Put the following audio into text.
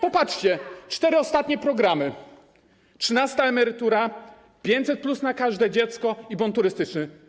Popatrzcie, trzy ostatnie programy: trzynasta emerytura, 500+ na każde dziecko i bon turystyczny.